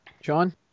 John